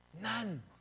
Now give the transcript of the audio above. None